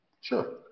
Sure